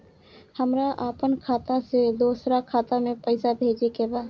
हमरा आपन खाता से दोसरा खाता में पइसा भेजे के बा